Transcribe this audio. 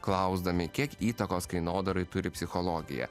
klausdami kiek įtakos kainodarai turi psichologija